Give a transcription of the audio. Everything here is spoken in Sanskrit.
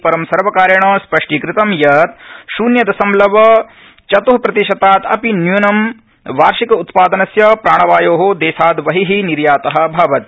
परं सर्वकारेण स्पष्टीकृतं यत् शून्यदशमलव चत्ः प्रतिशतात् अपि न्यूनं वार्षिकोत्पादनस्य प्राणवायो देशात् बहि निर्यात भवति